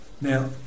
now